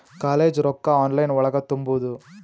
College ರೊಕ್ಕ online ಒಳಗ ತುಂಬುದು?